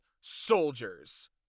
Soldiers